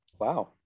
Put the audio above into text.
wow